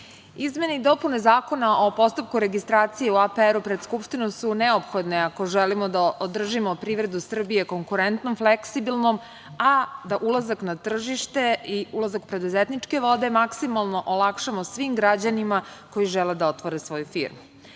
izmene i dopune Zakona o postupku registracije u APR-u pred Skupštinom su neophodne ako želimo da održimo privredu Srbije konkurentnom, fleksibilnom, a da ulazak na tržište i ulazak u preduzetničke vode maksimalno olakšamo svim građanima koji žele da otvore svoju firmu.